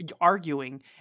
arguing